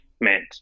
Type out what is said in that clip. meant